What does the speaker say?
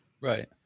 Right